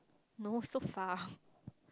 no so far